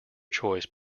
choice